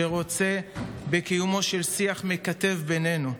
שרוצה בקיומו של שיח מקטב בינינו.